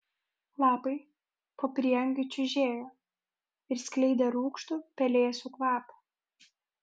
lapai po prieangiu čiužėjo ir skleidė rūgštų pelėsių kvapą